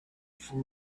for